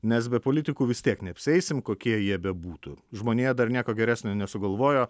nes be politikų vis tiek neapsieisim kokie jie bebūtų žmonija dar nieko geresnio nesugalvojo